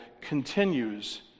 continues